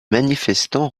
manifestants